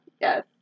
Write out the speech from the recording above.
Yes